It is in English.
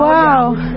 Wow